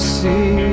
see